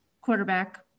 quarterback